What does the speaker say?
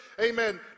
Amen